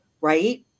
right